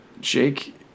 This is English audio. Jake